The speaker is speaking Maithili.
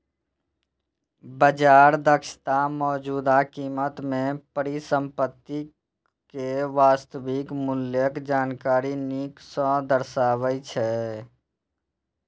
बाजार दक्षता मौजूदा कीमत मे परिसंपत्ति के वास्तविक मूल्यक जानकारी नीक सं दर्शाबै छै